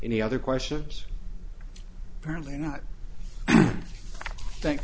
any other questions apparently not think